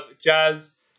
Jazz